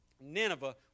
Nineveh